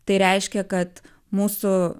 tai reiškia kad mūsų